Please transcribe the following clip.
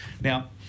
now